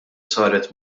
saret